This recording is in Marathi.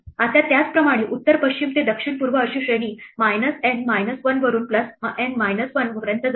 आता त्याचप्रमाणे उत्तर पश्चिम ते दक्षिण पूर्व अशी श्रेणी minus N minus 1 वरून plus N minus 1 पर्यंत जाते